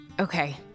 Okay